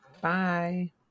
Bye